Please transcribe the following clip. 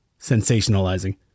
sensationalizing